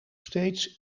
steeds